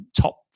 top